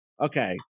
okay